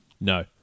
No